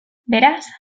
beraz